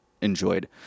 enjoyed